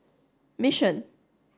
mission